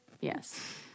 Yes